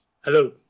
Hello